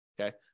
Okay